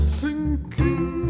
sinking